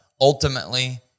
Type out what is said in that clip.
ultimately